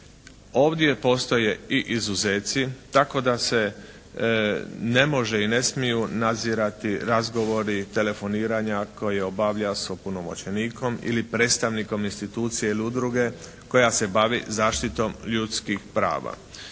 Ovdje postoje i izuzeti tako da se ne može i ne smiju nadzirati razgovori, telefoniranja koja obavlja sa opunomoćenikom ili predstavnikom institucije ili udruge koja se bavi zaštitom ljudskih prava.